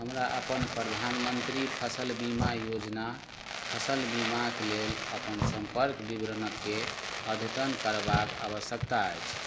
हमरा प्रधानमन्त्री फसल बीमा योजना फसल बीमाक लेल अपन सम्पर्क विवरणकेँ अद्यतन करबाक आवश्यक अछि